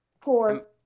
poor